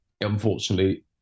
unfortunately